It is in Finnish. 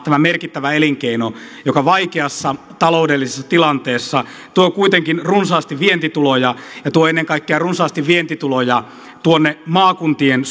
tämä merkittävä elinkeino joka vaikeassa taloudellisessa tilanteessa tuo kuitenkin runsaasti vientituloja ja tuo ennen kaikkea runsaasti vientituloja tuonne maakuntien